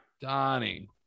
Donnie